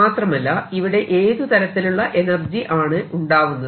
മാത്രമല്ല ഇവിടെ ഏതു തരത്തിലുള്ള എനർജി ആണ് ഉണ്ടാവുന്നത്